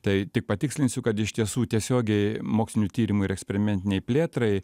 tai tik patikslinsiu kad iš tiesų tiesiogiai mokslinių tyrimų ir eksperimentinei plėtrai